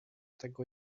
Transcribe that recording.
tego